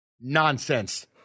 Nonsense